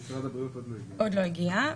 הוא לא הגיע.